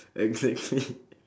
exactly